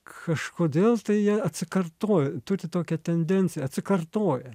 kažkodėl tai atsikartoja turi tokią tendenciją atsikartoja